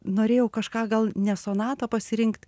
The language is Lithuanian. norėjau kažką gal ne sonatą pasirinkt